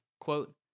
Quote